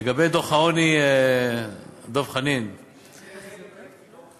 לגבי דוח העוני, דב חנין, בבקשה?